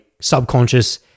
subconscious